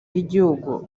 y’igihugu